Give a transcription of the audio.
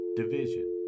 division